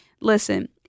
Listen